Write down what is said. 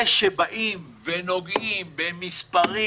זה שבאים ונוגעים במספרים,